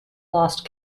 lost